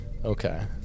okay